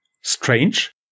strange